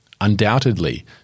Undoubtedly